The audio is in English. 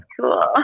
Cool